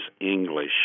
English